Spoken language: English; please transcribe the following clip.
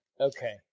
Okay